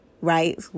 right